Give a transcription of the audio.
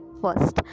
first